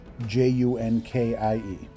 j-u-n-k-i-e